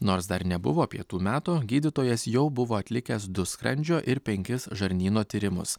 nors dar nebuvo pietų meto gydytojas jau buvo atlikęs du skrandžio ir penkis žarnyno tyrimus